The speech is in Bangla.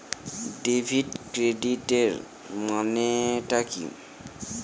ডেবিট ক্রেডিটের মানে টা কি?